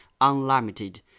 unlimited